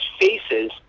faces